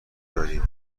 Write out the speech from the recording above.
داریم